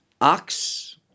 ox